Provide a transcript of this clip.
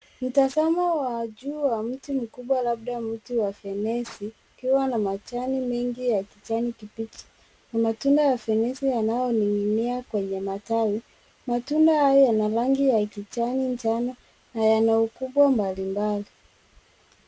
Mtazamo wa juu wa mti mkubwa, labda mti wa fenesi ukiwa na majani mengi ya kijani kibichi na matunda ya fenesi yanayoning'inia kwenye matawi. Matunda hayo yana rangi ya kijani njano na yana ukubwa mbalimbali.